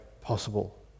possible